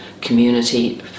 community